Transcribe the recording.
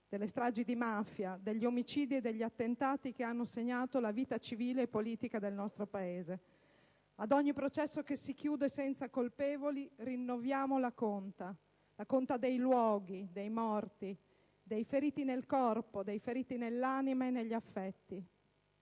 delle stragi di mafia, degli omicidi e degli attentati che hanno segnato la vita civile e politica del nostro Paese. Ad ogni processo che si chiude senza colpevoli rinnoviamo la conta: la conta dei luoghi, dei morti, dei feriti nel corpo, dei feriti nell'anima e negli affetti.